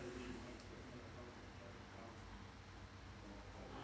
it